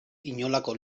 inolako